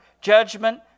judgment